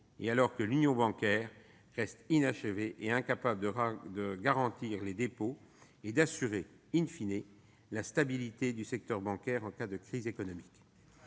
et alors que l'union bancaire reste inachevée et incapable de garantir les dépôts et d'assurer la stabilité du secteur bancaire en cas de crise économique.